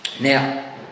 Now